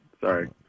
Sorry